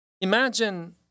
Imagine